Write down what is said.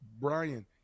Brian